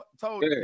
told